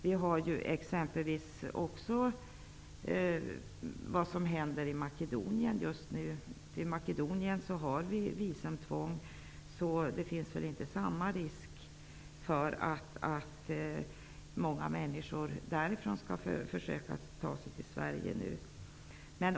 Vi kan ta händelserna i Makedonien som exempel. Vi har visumtvång för Makedonien. Det finns då inte samma risk att människor därifrån skulle försöka ta sig till Sverige.